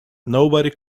nobody